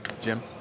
Jim